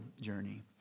journey